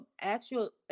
actual